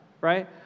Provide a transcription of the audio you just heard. right